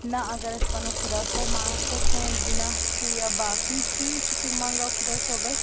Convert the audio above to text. نَہ اگر اسہِ پَنُن خۄدا صٲب معاف کَرِ سٲنۍ گُناہ چھِ یا باقٕے چیٖز چھِ تِم منٛگوٚو خۄدا صٲبَس